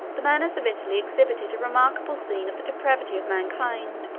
the manners of italy exhibited a remarkable scene of the depravity of mankind.